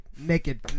naked